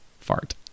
fart